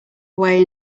away